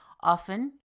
Often